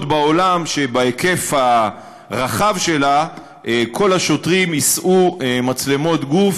בעולם שבהיקף הרחב שלה כל השוטרים יישאו מצלמות גוף